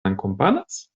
akompanas